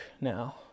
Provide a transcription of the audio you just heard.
now